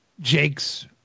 Jake's